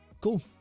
Cool